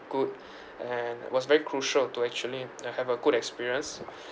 good and it was very crucial to actually and have a good experience